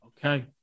okay